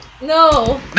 No